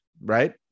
right